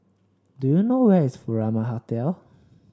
do you know where is Furama Hotel